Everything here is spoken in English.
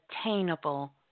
attainable